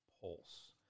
pulse